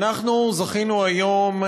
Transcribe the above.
זכינו היום,